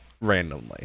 randomly